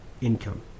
income